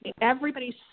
Everybody's